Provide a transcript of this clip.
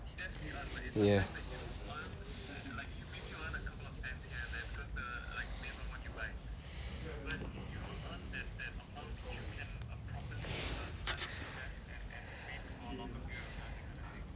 ya